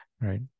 right